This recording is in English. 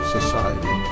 Society